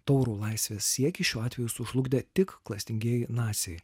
taurų laisvės siekį šiuo atveju sužlugdė tik klastingi naciai